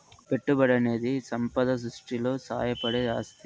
పెట్టుబడనేది సంపద సృష్టిలో సాయపడే ఆస్తి